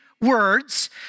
words